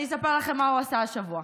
אני אספר לכם מה הוא עשה השבוע.